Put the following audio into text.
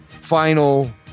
final